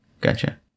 Gotcha